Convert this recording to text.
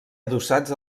adossats